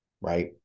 right